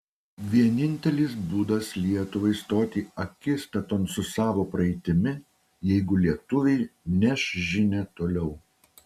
vienintelis būdas lietuvai stoti akistaton su savo praeitimi jeigu lietuviai neš žinią toliau